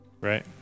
Right